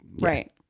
right